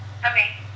Okay